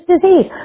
Disease